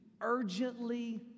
urgently